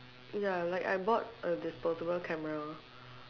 ya like I bought a disposable camera